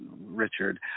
Richard